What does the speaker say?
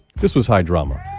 this was high drama,